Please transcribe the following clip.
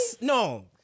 No